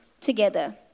together